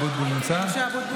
(קוראת בשמות חברי הכנסת) משה אבוטבול,